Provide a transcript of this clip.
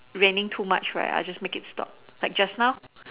raining too much right I'll just make it stop like just now